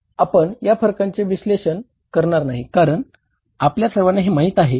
आपण या फरकांचे विश्लेषण करणार नाही कारण आपल्या सर्वांना हे माहित आहे